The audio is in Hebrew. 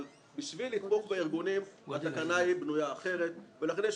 בשביל לתמוך בארגונים התקנה היא בנויה אחרת ולכן יש